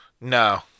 No